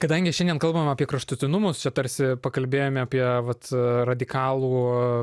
kadangi šiandien kalbam apie kraštutinumus čia tarsi pakalbėjome apie vat radikalų